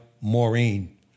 Maureen